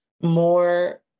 more